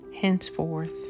Henceforth